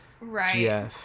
Right